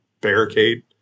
barricade